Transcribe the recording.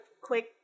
quick